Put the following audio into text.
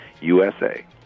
USA